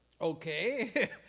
Okay